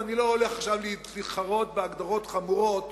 ואני לא הולך עכשיו להתחרות בהגדרות חמורות,